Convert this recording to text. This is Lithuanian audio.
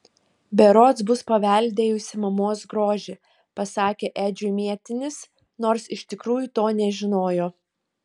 berods bus paveldėjusi mamos grožį pasakė edžiui mėtinis nors iš tikrųjų to nežinojo